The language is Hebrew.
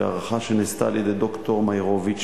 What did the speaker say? ההערכה שנעשתה על-ידי ד"ר מאירוביץ,